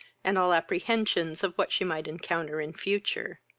and all apprehensions of what she might encounter in future.